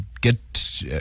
get